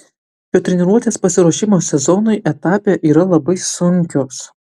jo treniruotės pasiruošimo sezonui etape yra labai sunkios